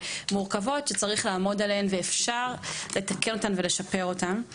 ומורכבות שצריך לעמוד עליהן ושאפשר לתקן ולשפר אותן.